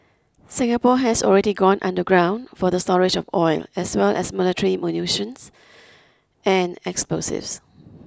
Singapore has already gone underground for the storage of oil as well as military munitions and explosives